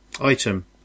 Item